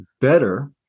better